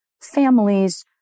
families